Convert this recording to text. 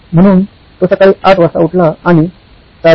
म्हणून तो सकाळी ८ वाजता उठला आणि ८